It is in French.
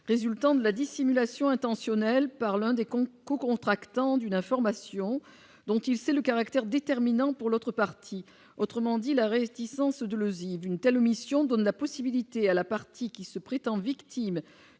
résultant de la dissimulation intentionnelle par l'un des comptes co-contractants d'une information dont il c'est le caractère déterminant pour l'autre partie, autrement dit la réinvestissant ce de Lozi d'une telle omission donne la possibilité à la partie qui se prétend victime